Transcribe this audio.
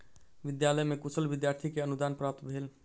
विद्यालय में कुशल विद्यार्थी के अनुदान प्राप्त भेल